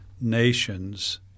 nations